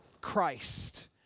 Christ